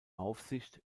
aufsicht